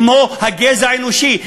כמו הגזע האנושי,